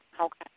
Okay